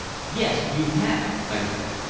yes, you had! i said.